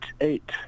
eight